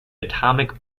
atomic